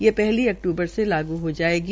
ये हली अक्तूबर से लागू हो जायेगी